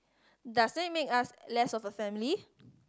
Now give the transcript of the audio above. does that make us less of a family